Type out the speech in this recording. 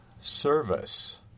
Service